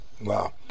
Wow